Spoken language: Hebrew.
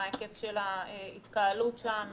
מה ההיקף של ההתקהלות שם?